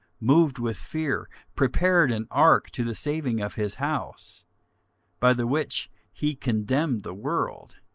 moved with fear, prepared an ark to the saving of his house by the which he condemned the world,